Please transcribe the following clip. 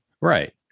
right